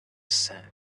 said